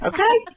Okay